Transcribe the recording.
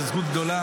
זאת זכות גדולה.